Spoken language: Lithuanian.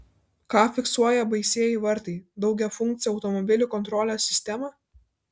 ką fiksuoja baisieji vartai daugiafunkcė automobilių kontrolės sistema